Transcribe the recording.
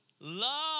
love